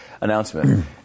announcement